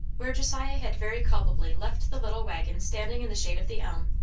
where josiah had very culpably left the little waggon standing in the shade of the elm,